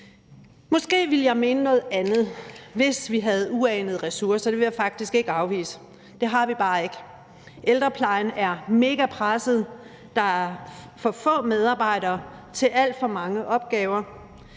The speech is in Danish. Måske ville jeg mene noget andet, hvis vi havde uanede ressourcer. Det vil jeg faktisk ikke afvise. Det har vi bare ikke. Ældreplejen er megapresset, der er for få medarbejdere til alt for mange opgaver.